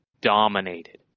dominated